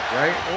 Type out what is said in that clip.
right